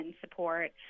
support